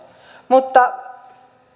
mutta